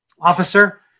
officer